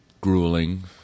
grueling